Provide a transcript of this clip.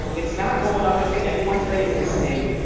it's not going up into any one's face and saying,